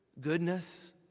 goodness